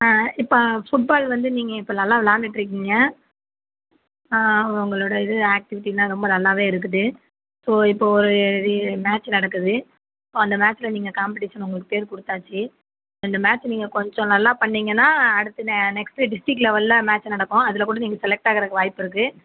ஆ இப்போ ஃபுட்பால் வந்து நீங்கள் இப்போ நல்லா விளாண்டுட்ருக்கீங்க உங்களோட இது ஆக்டிவிட்டிலாம் ரொம்ப நல்லாவே இருக்குது ஸோ இப்போ ஒரு மேட்ச் நடக்குது அந்த மேட்சில் நீங்கள் காம்பட்டீஷன் உங்களுக்கு பேர் கொடுத்தாச்சி இந்த மேட்ச்சை நீங்கள் கொஞ்சம் நல்லா பண்ணிங்கன்னா அடுத்து நெக்ஸ்ட்டு டிஸ்டிக் லெவலில் மேட்ச் நடக்கும் அதில் கூட நீங்கள் செலக்ட் ஆகுறக்கு வாய்ப்பு இருக்கு